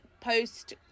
post